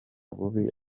bubi